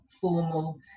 formal